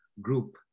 group